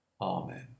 Amen